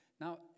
Now